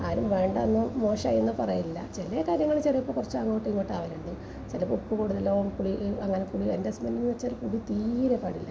ആരും വേണ്ടാന്നോ മോശമായെന്നോ പറയലില്ല ചില കാര്യങ്ങള് ചിലപ്പോൾ കുറച്ച് അങ്ങോട്ടും ഇങ്ങോട്ടും ആകലുണ്ട് ചിലപ്പോൾ ഉപ്പ് കൂടുതലാവും പുളി അങ്ങനെ കൂടുതല് എൻ്റെ ഹസ്ബൻഡ് എന്ന് വച്ചാല് പുളി തീരെ പാടില്ല